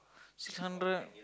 six hundred